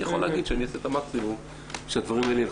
אני יכול להגיד שאני אעשה את המקסימום שהדברים